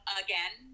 again